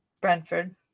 Brentford